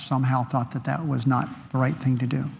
somehow thought that that was not the right thing to do